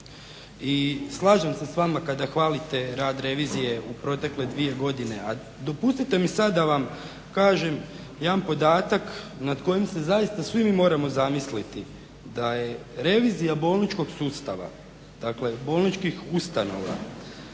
I slažem s vama kada hvalite rad revizije u protekle dvije godine. A dopustite mi sad da vam kažem jedan podatak nad kojim se zaista svi mi moramo zamisliti da je revizija bolničkog sustava, dakle bolničkih ustanova,